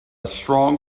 strong